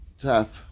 tap